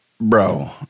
Bro